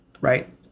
right